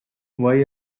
why